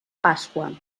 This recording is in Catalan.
pasqua